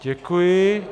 Děkuji.